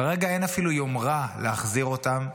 כרגע אין אפילו יומרה להחזיר אותם.